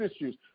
issues